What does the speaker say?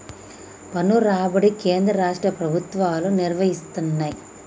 పన్ను రాబడి కేంద్ర రాష్ట్ర ప్రభుత్వాలు నిర్వయిస్తయ్